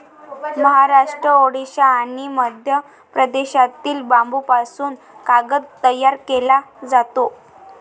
महाराष्ट्र, ओडिशा आणि मध्य प्रदेशातील बांबूपासून कागद तयार केला जातो